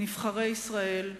נבחרי ישראל,